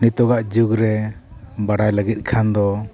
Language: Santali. ᱱᱤᱛᱚᱜᱼᱟ ᱡᱩᱜᱽ ᱨᱮ ᱵᱟᱲᱟᱭ ᱞᱟᱹᱜᱤᱫ ᱠᱷᱟᱱ ᱫᱚ